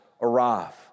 arrive